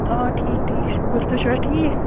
اَوا ٹھیٖک ٹھیٖک شُکُر تُہۍ چھِو حظ ٹھیٖک